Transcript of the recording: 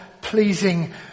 pleasing